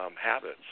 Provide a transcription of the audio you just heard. habits